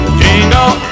jingle